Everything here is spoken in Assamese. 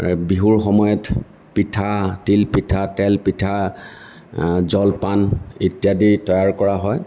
বিহুৰ সময়ত পিঠা তিল পিঠা তেল পিঠা জলপান ইত্যাদি তৈয়াৰ কৰা হয়